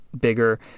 bigger